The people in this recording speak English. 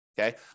okay